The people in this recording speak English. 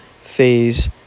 phase